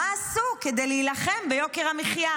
מה עשו כדי להילחם ביוקר המחיה,